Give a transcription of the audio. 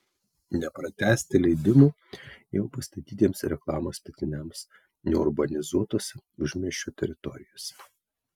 nepratęsti leidimų jau pastatytiems reklamos statiniams neurbanizuotose užmiesčio teritorijose